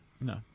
No